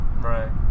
right